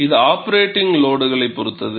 இது ஆப்பரேட்டிங் லோடுகளைப் பொறுத்தது